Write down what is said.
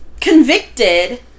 convicted